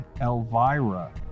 Elvira